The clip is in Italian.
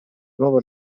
nuovo